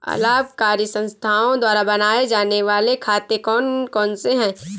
अलाभकारी संस्थाओं द्वारा बनाए जाने वाले खाते कौन कौनसे हैं?